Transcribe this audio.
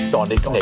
Sonic